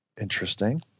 Interesting